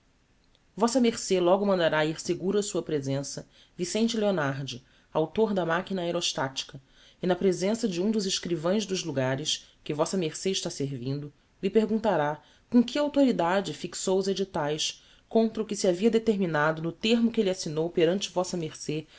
vm ce logo mandará hir seguro á sua presença vicente leonardi author da maquina aereostatica e na presença de um dos escrivães dos lugares que vm ce está servindo lhe perguntará com que authoridade fixou os editaes contra o que se havia determinado no termo que elle assignou perante